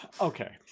Okay